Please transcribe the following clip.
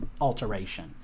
alteration